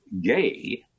gay